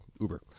Uber